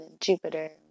Jupiter